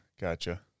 Gotcha